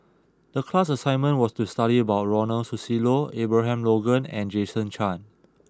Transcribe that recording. the class assignment was to study about Ronald Susilo Abraham Logan and Jason Chan